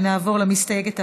נעבור למסתייגת הבאה,